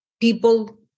people